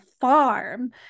farm